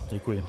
Děkuji.